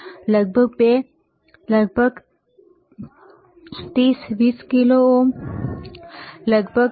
લગભગ 2 અને લગભગ 33 20 કિલો ઓહ્મ લગભગ 3 110 કિલો ઓહ્મ બરાબર